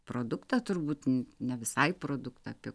produktą turbūt ne visai produktą apie